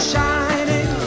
shining